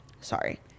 Sorry